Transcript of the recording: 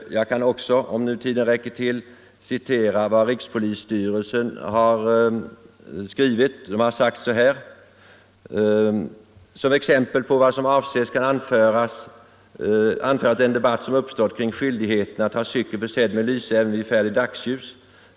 Jag kan också — om nu tiden räcker till — citera vad rikspolisstyrelsen har skrivit: ”Som exempel på vad som avses kan anföras den debatt som uppstått kring skyldigheten att ha cykel försedd med lyse även vid 17 färd i dagsljus.